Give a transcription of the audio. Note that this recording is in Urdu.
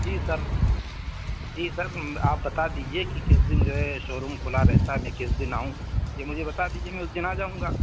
جی سر جی سر آپ بتا دیجیے کہ کس دن جو ہے شو روم کھلا رہتا ہے میں کس دن آؤں یہ مجھے بتا دیجیے میں اس دن آ جاؤں گا